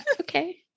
Okay